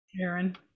Aaron